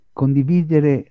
condividere